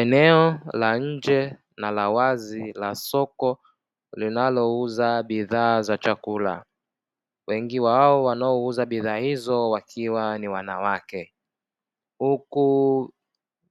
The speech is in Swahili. Eneo la nje na la wazi la soko linalouza bidhaa za chakula wengi wao wanaouza bidhaa hizo wakiwa ni wanawake huku